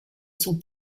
sont